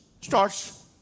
starts